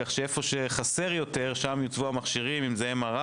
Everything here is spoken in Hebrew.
כך שהמכשירים יוצבו במקום בהם הם חסרים יותר.